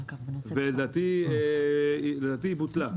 והיא בוטלה.